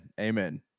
Amen